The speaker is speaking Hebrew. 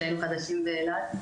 כשהיינו חדשים באילת,